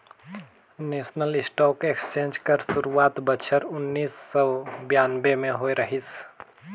national stock exchange कर सुरवात बछर उन्नीस सव बियानबें में होए रहिस